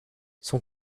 son